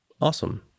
Awesome